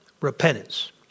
repentance